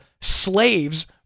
slaves